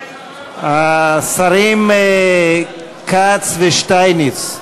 השרים כץ ושטייניץ.